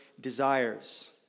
desires